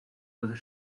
but